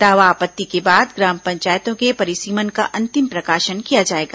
दावा आपत्ति के बाद ग्राम पंचायतों के परिसीमन का अंतिम प्रकाशन किया जाएगा